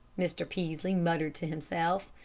mr. peaslee muttered to himself.